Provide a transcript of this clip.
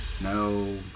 no